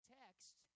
text